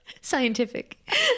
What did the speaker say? Scientific